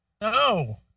No